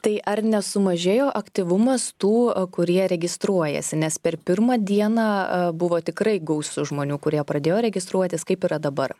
tai ar nesumažėjo aktyvumas tų kurie registruojasi nes per pirmą dieną buvo tikrai gausu žmonių kurie pradėjo registruotis kaip yra dabar